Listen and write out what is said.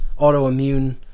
autoimmune